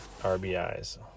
RBIs